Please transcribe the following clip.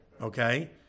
okay